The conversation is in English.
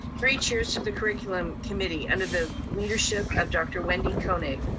three cheers to the curriculum committee, under the leadership of dr. wendy koenig,